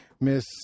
Miss